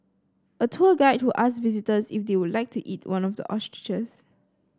a tour guide who asked visitors if they would like to eat one of the ostriches